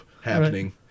happening